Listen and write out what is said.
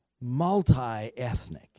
multi-ethnic